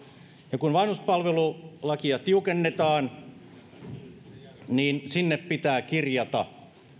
ja kun vanhuspalvelulakia tiukennetaan sinne pitää kirjata